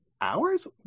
hours